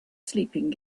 sleeping